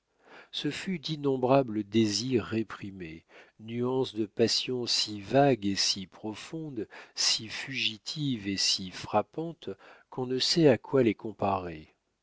ce fut d'innombrables désirs réprimés nuances de passion si vagues et si profondes si fugitives et si frappantes qu'on ne sait à quoi les comparer